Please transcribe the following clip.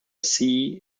sea